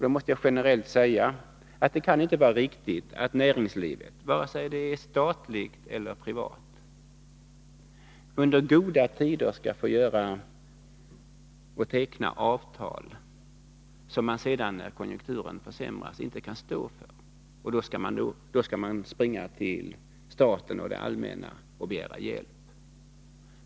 Då måste jag generellt säga att det inte kan vara riktigt att näringslivet, vare sig det är statliga eller privata företag, under goda tider skall få teckna avtal som man sedan, när konjunkturen försämras, inte kan stå för — då skall man springa till staten och det allmänna och begära hjälp.